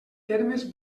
termes